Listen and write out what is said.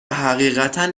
حقیقتا